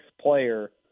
player